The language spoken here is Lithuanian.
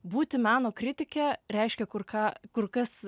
būti meno kritike reiškia kur ką kur kas